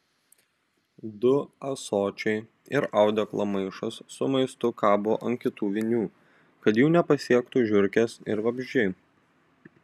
du ąsočiai ir audeklo maišas su maistu kabo ant kitų vinių kad jų nepasiektų žiurkės ir vabzdžiai